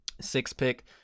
Six-pick